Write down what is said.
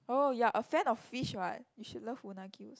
oh you're a fan of fish what you should love unagi also